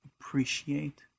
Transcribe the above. appreciate